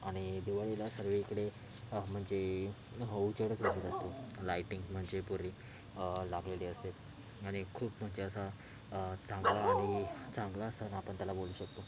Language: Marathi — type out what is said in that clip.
आणि दिवाळीला सगळीकडे म्हणजे असते लाइटिंग म्हणजे पूरी लागलेली असते आणि खूप म्हणजे असं चांगला आणि चांगला सण आपण त्याला बोलू शकतो